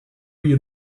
you